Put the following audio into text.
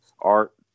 art